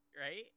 Right